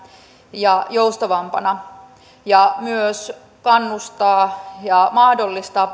ja joustavampana ja myös kannustaa ja mahdollistaa